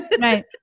Right